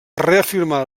reafirmar